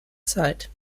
zeit